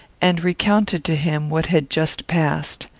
and recounted to him what had just passed.